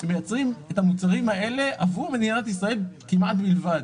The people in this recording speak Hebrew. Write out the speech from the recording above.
שמייצרים את המוצרים האלה עבור מדינת ישראל כמעט בלבד